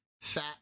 fat